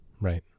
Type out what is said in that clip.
Right